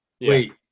Wait